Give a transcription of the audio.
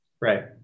right